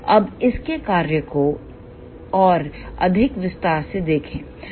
अब इसके कार्य को और अधिक विस्तार से देखें